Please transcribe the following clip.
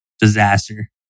disaster